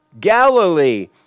Galilee